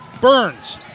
Burns